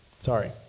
sorry